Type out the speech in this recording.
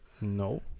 no